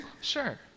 Sure